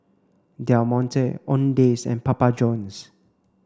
Del Monte Owndays and Papa Johns